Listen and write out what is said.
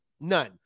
None